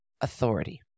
authority